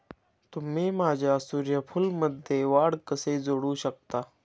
तुम्ही माझ्या सूर्यफूलमध्ये वाढ कसे जोडू शकता?